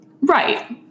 Right